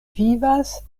vivas